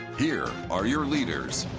here are your leaders.